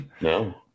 No